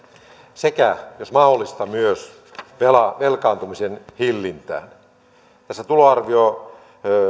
sekä jos mahdollista myös velkaantumisen hillintään tässä tuloarvion